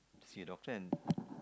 to see a doctor and